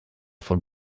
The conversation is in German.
von